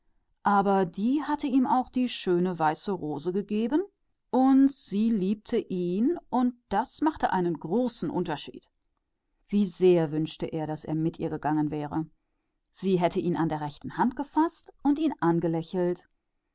aber dann hatte sie ihm ja die weiße rose gegeben und sie liebte ihn das machte einen großen unterschied wie wünschte er daß er mit ihr gegangen wäre sie würde ihn zu ihrer rechten hand gestellt haben und er